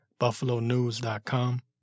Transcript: BuffaloNews.com